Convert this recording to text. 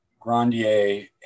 Grandier